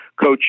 Coach